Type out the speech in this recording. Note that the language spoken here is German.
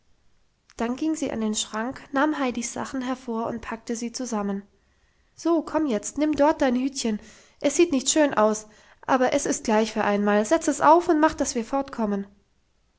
dann ging sie an den schrank nahm heidis sachen hervor und packte sie zusammen so komm jetzt nimm dort dein hütchen es sieht nicht schön aus aber es ist gleich für einmal setz es auf und mach dass wir fortkommen